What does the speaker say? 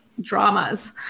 dramas